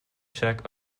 check